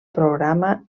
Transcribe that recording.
programa